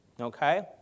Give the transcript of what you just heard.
okay